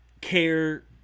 care